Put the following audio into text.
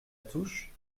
touche